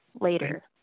later